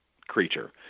creature